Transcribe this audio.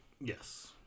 Yes